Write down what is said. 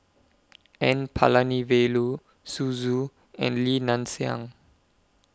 N Palanivelu Zhu Xu and Li Nanxing